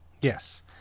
Yes